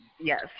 Yes